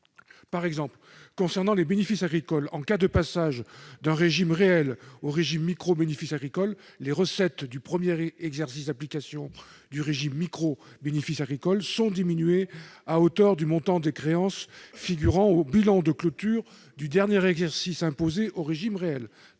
inversement. S'agissant des bénéfices agricoles, en cas de passage d'un régime réel au régime « micro-BA », les recettes du premier exercice d'application du régime micro-BA seraient diminuées à hauteur du montant des créances figurant au bilan de clôture du dernier exercice imposé au régime réel.